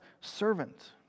servant